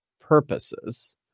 purposes